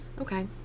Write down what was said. Okay